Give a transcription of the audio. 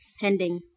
Pending